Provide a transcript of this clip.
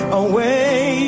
away